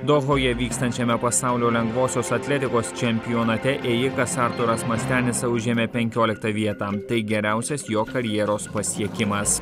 dohoje vykstančiame pasaulio lengvosios atletikos čempionate ėjikas arturas mastianica užėmė penkioliktą vietą tai geriausias jo karjeros pasiekimas